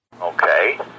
okay